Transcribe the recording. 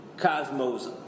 Cosmos